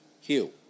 Hugh